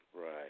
Right